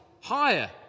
higher